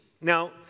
Now